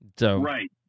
Right